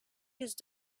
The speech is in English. just